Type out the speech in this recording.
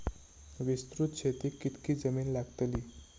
विस्तृत शेतीक कितकी जमीन लागतली?